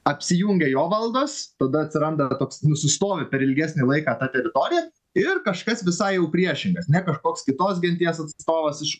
apsijungia jo valdos tada atsiranda toks nusistovi per ilgesnį laiką ta teritorija ir kažkas visai jau priešingas ne kažkoks kitos genties atstovas iš